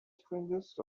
strangest